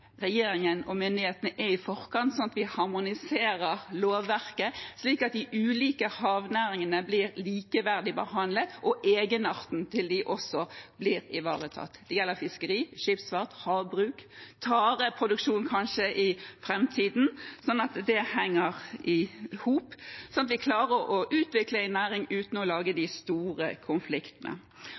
regjeringen og myndighetene er i forkant ved at vi harmoniserer lovverket, slik at de ulike havnæringene blir likeverdig behandlet, og at egenarten deres også blir ivaretatt. Det gjelder fiskeri, skipsfart og havbruk og kanskje i framtiden tareproduksjon – at det henger i hop, sånn at vi klarer å utvikle en næring uten å lage de store konfliktene.